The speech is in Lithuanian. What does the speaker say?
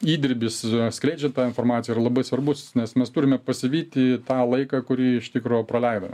įdirbis skleidžiant tą informaciją yra labai svarbus nes mes turime pasivyti tą laiką kurį iš tikro praleidome